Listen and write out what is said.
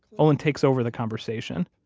olin takes over the conversation.